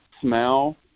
smell